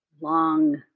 long